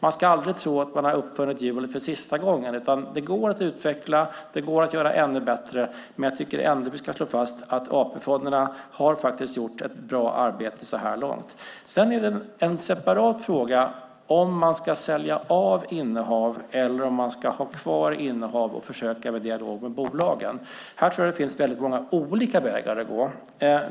Man ska aldrig tro att man har uppfunnit hjulet för sista gången, utan det går att utveckla. Det går att göra ännu bättre. Men jag tycker ändå att vi ska slå fast att AP-fonderna faktiskt har gjort ett bra arbete så här långt. Sedan är det en separat fråga om man ska sälja av innehav eller om man ska ha kvar innehav och försöka med dialog med bolagen. Här tror jag att det finns många olika vägar att gå.